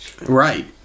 Right